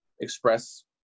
express